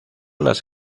las